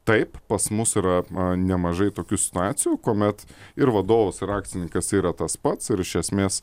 taip pas mus yra nemažai tokių situacijų kuomet ir vadovas ir akcininkas yra tas pats ir iš esmės